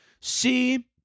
see